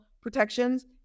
protections